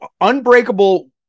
Unbreakable